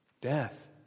Death